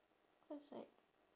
cause like